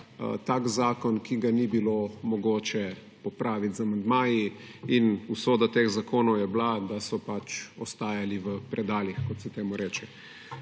tak zakon, ki ga ni bilo mogoče popraviti z amandmaji. Usoda teh zakonov je bila, da so pač ostajali v predalih, kot se temu reče.